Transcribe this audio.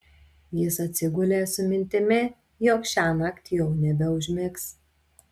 jis atsigulė su mintimi jog šiąnakt jau nebeužmigs